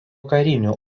karinių